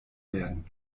werden